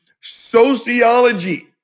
sociology